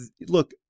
look